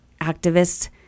activists